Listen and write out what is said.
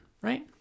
right